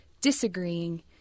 disagreeing